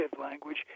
language